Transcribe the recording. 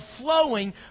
flowing